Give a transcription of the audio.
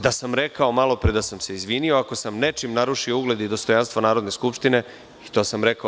Da sam rekao malo pre da sam se izvinuo, ako sam nečim narušio ugled i dostojanstvo Narodna skupština i to sam rekao.